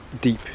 deep